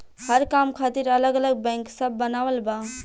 हर काम खातिर अलग अलग बैंक सब बनावल बा